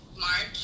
march